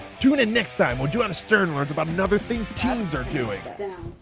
tune in next time, where joanna stern learns about another thing teens are doing. down,